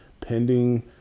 pending